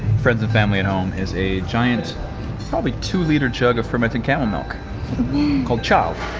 friends and family at home, is a giant probably two-liter jug of fermented camel milk called chal.